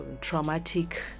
...traumatic